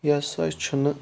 یہِ ہَسا چھُنہٕ